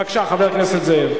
בבקשה, חבר הכנסת נסים זאב,